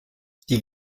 die